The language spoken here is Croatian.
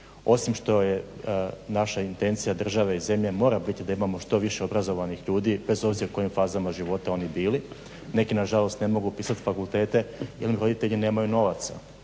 osim što je naša intencija države i zemlje mora biti da imao što više obrazovanih ljudi bez obzira u kojim fazama života oni bili. Neki nažalost ne mogu upisati fakultete jer im roditelji nemaju novaca,